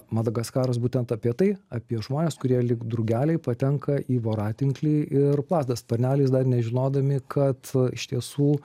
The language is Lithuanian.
madagaskaras būtent apie tai apie žmones kurie lyg drugeliai patenka į voratinklį ir plazda sparneliais dar nežinodami kad iš tiesų